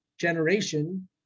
generation